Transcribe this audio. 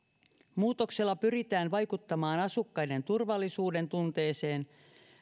muutoksella pyritään vaikuttamaan asukkaiden turvallisuudentunteeseen